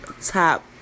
top